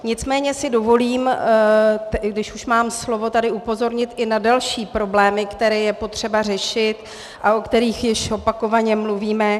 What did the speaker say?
Nicméně si dovolím, když už mám slovo, tady upozornit i na další problémy, které je potřeba řešit a o kterých již opakovaně mluvíme.